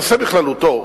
הנושא בכללותו,